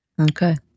Okay